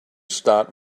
start